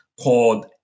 called